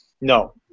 no